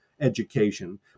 education